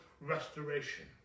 restoration